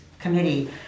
committee